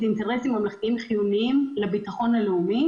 "אינטרסים ממלכתיים חיוניים לביטחון הלאומי".